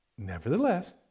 Nevertheless